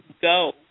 go